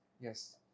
yes